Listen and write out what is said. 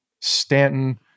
Stanton